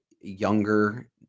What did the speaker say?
younger